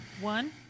One